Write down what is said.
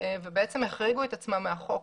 והחריגו את עצמם מהחוק.